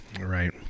right